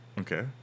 Okay